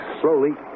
Slowly